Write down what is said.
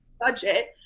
budget